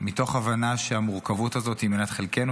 מתוך הבנה שהמורכבות הזו היא מנת חלקנו,